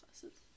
classes